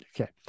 Okay